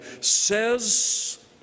says